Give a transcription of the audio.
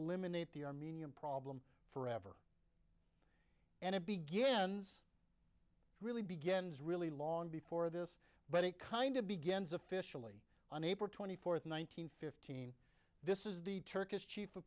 eliminate the armenian problem forever and it begins really begins really long before this but it kind of begins officially on april twenty fourth one nine hundred fifteen this is the turkish